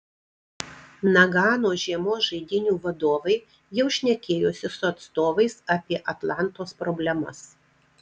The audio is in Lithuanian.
nagano žiemos žaidynių vadovai jau šnekėjosi su atstovais apie atlantos problemas